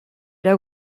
era